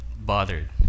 bothered